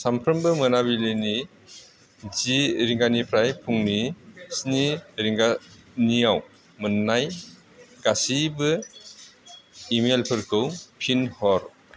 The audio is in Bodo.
सामफ्रोबो मोनाबिलिनि जि रिंगानिफ्राय फुंनि स्नि रिंगानियाव मोननाय गासिबो इमेलफोरखौ फिन हर